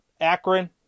Akron